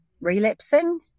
relapsing